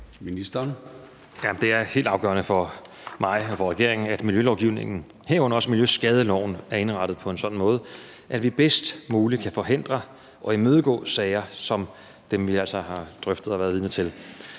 Det er helt afgørende for mig og for regeringen, at miljølovgivningen, herunder også miljøskadeloven, er indrettet på en sådan måde, at vi bedst muligt kan forhindre og imødegå sager som dem, vi altså har drøftet og været vidne til.